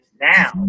Now